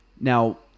Now